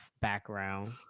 background